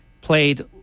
Played